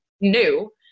new